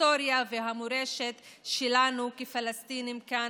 ההיסטוריה והמורשת שלנו כפלסטינים כאן,